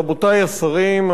רבותי השרים,